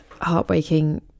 heartbreaking